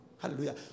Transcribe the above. Hallelujah